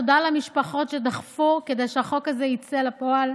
תודה למשפחות שדחפו כדי שהחוק הזה ייצא לפועל.